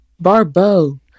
Barbeau